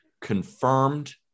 confirmed